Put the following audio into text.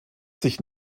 sich